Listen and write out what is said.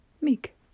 Mik